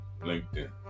LinkedIn